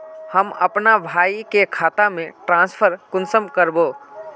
हम अपना भाई के खाता में ट्रांसफर कुंसम कारबे?